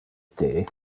the